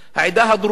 העדה הדרוזית,